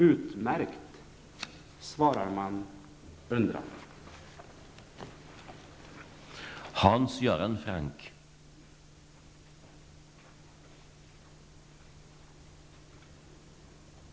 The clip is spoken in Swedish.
Utmärkt, svarar man undrande.